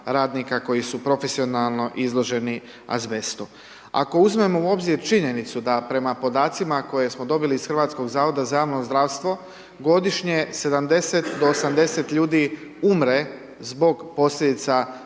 koji su profesionalno izloženi azbestu. Ako uzmemo u obzir činjenicu da prema podacima koje smo dobili iz Hrvatskog zavoda za javno zdravstvo, godišnje 70 do 80 ljudi umre zbog posljedica